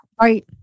right